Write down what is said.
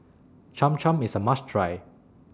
Cham Cham IS A must Try